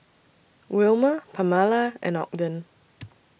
Wilmer Pamala and Ogden